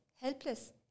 helpless